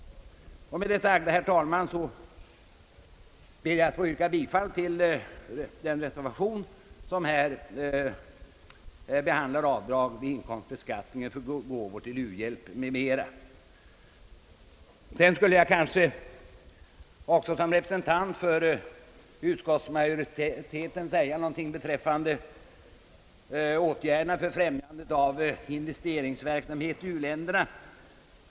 Med det sagda, herr talman, ber jag att få yrka bifall till den reservation som behandlar avdrag vid inkomstbeskattningen för gåvor till u-hjälp m.m. Vidare skulle jag också som representant för utskottsmajoriteten vilja säga några ord beträffande åtgärder för att främja investeringar i u-länder.